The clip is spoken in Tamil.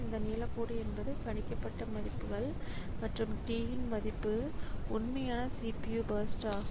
இந்த நீலக்கோடு என்பது கணிக்கப்பட்ட மதிப்புகள் மற்றும் t மதிப்பு உண்மையான CPU பர்ஸ்ட் ஆகும்